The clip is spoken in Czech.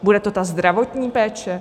Bude to ta zdravotní péče?